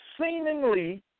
seemingly